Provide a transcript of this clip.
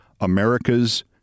America's